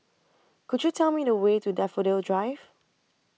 Could YOU Tell Me The Way to Daffodil Drive